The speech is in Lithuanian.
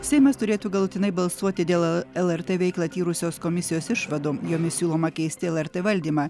seimas turėtų galutinai balsuoti dėl lrt veiklą tyrusios komisijos išvadų jomis siūloma keisti lrt valdymą